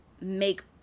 make